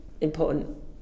important